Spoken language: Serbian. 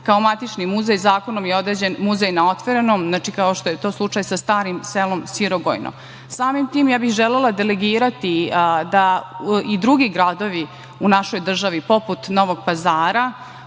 Kao matični muzej zakonom je određen muzej na otvorenom, znači, kao što je to slučaj sa starim selom Sirogojno. Samim tim, ja bih želela delegirati da i drugi gradovi u našoj državi, poput Novog Pazara,